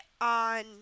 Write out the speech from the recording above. on